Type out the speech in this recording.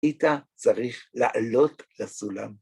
איתה צריך לעלות לסולם.